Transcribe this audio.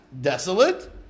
desolate